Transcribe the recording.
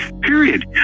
period